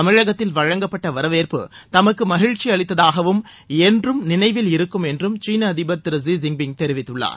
தமிழகத்தில் வழங்கப்பட்ட வரவேற்புதமக்கு மகிழ்ச்சி அளித்ததாகவும் என்றும் நினைவில் இருக்கும் என்றும் சீன அதிபர் திரு ஷி ஜின்பிய் தெரிவித்துள்ளார்